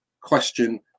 question